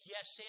Yes